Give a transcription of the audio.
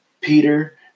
Peter